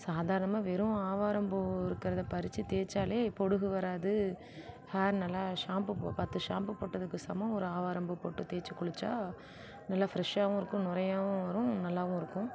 சாதாரணமாக வெறும் ஆவாரம்பூ இருக்கிறத பறிச்சு தேய்ச்சாலெ பொடுகு வராது ஹேர் நல்லா ஷாம்பு பத்து ஷாம்பு போட்டதுக்கு சமம் ஒரு ஆவாரம்பூ போட்டு தேச்சு குளித்தா நல்ல ஃபிரெஷாகவும் இருக்கும் நுரையாகவும் வரும் நல்லாவும் இருக்கும்